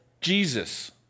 Jesus